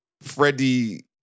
Freddie